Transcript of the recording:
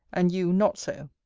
and you not so.